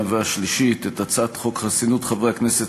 והשלישית את הצעת חוק חסינות חברי הכנסת,